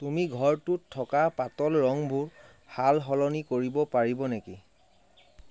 তুমি ঘৰটোত থকা পাতল ৰংবোৰ সালসলনি কৰিব পাৰিব নেকি